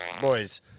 Boys